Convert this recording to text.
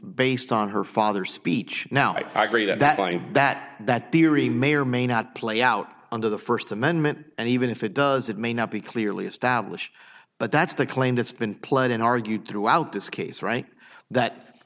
based on her father's speech now i agree that that line that that theory may or may not play out under the first amendment and even if it does it may not be clearly established but that's the claim that's been played in argued throughout this case right that